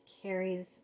carries